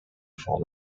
for